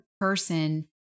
person